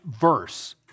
verse